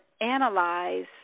analyze